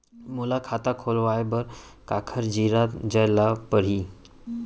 मोला खाता खोलवाय बर काखर तिरा जाय ल परही?